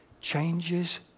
changes